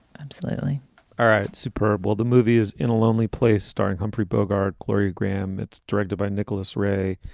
absolutely all right, superball, the movie is in a lonely place starring humphrey bogart, gloria graham. it's directed by nicholas ray.